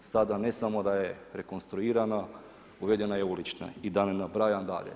Sada ne samo da je rekonstruirana, uvedena je ulična i da ne nabrajam dalje.